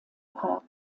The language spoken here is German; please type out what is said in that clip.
park